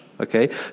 Okay